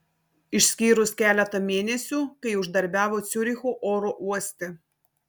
išskyrus keletą mėnesių kai uždarbiavo ciuricho oro uoste